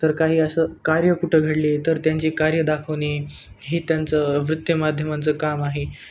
तर काही असं कार्य कुठं घडले तर त्यांची कार्य दाखवणे हे त्यांचं वृत्त माध्यमांचं काम आहे